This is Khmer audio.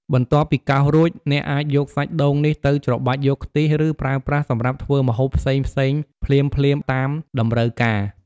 បន្ទាប់ពីកោសរួច អ្នកអាចយកសាច់ដូងនេះទៅច្របាច់យកខ្ទិះ ឬប្រើប្រាស់សម្រាប់ធ្វើម្ហូបផ្សេងៗភ្លាមៗតាមតម្រូវការ។